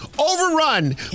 overrun